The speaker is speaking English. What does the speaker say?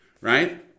Right